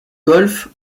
golfe